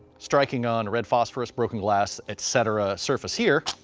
striking on red phosphorus, broken glass, etc, surface here,